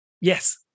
yes